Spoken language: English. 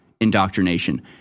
indoctrination